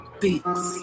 beats